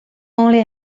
only